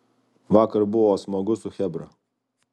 vakar buvo smagu su chebra